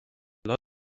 lot